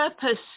purpose